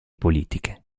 politiche